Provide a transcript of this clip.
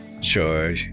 sure